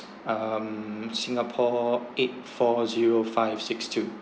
um singapore eight four zero five six two